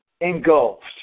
engulfed